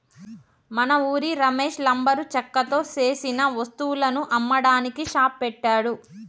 మన ఉరి రమేష్ లంబరు చెక్కతో సేసిన వస్తువులను అమ్మడానికి షాప్ పెట్టాడు